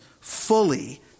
fully